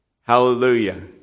Hallelujah